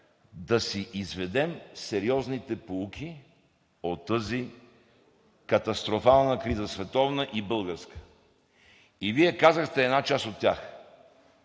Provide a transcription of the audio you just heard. да си изведем сериозните поуки от тази катастрофална световна и българска криза. Вие казахте за една част от тях